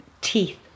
teeth